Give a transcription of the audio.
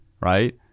right